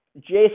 Jason